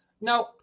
now